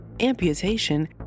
amputation